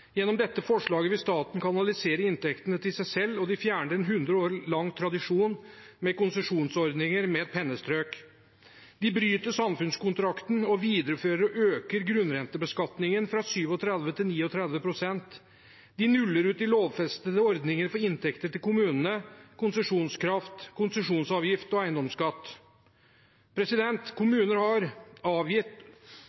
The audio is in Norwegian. Gjennom dette forslaget vil staten kanalisere inntektene til seg selv og med et pennestrøk fjerne en hundre år lang tradisjon med konsesjonsordninger. De bryter samfunnskontrakten og viderefører og øker grunnrentebeskatningen fra 37 pst. til 39 pst. De nuller ut de lovfestede ordninger for inntekter til kommunene – konsesjonskraft, konsesjonsavgift og eiendomsskatt.